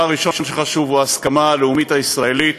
הראשון שחשוב הוא ההסכמה הלאומית הישראלית,